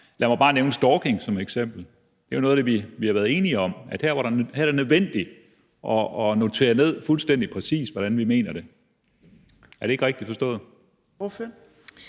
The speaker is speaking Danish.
Lad mig bare nævne stalking som et eksempel. Det er jo noget af det, vi har været enige om: at her er det nødvendigt fuldstændig præcist at notere ned, hvordan vi mener det. Er det ikke rigtigt forstået?